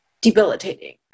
debilitating